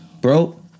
bro